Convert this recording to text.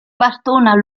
bastona